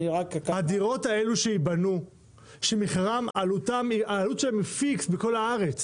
עלות הדירות האלה שייבנו היא קבועה בכל הארץ